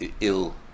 ill